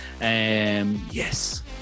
Yes